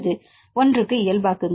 எனவே 1 க்கு இயல்பாக்குங்கள்